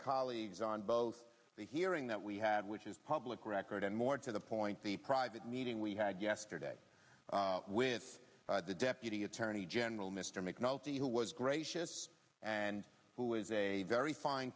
colleagues on both the hearing that we had which is public record and more to the point the private meeting we had yesterday with the deputy attorney general mr mcnulty who was gracious and who is a very fine